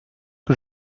que